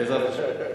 בעזרת השם,